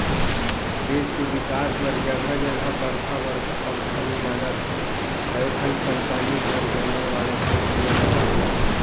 देस के बिकास बर जघा जघा बड़का बड़का कंपनी लगत हे, कयोठन कंपनी हर जंगल वाला छेत्र में लगाल जाथे